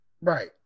Right